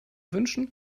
wünschen